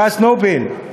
פרס נובל,